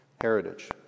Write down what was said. heritage